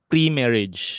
Pre-marriage